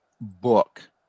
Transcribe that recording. book